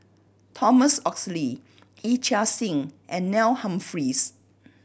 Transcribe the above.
Thomas Oxley Yee Chia Hsing and Neil Humphreys